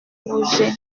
bougé